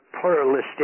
pluralistic